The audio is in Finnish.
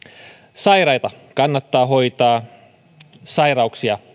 sairaita kannattaa hoitaa sairauksia